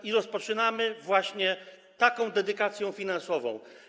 I rozpoczynamy właśnie taką dedykacją finansową.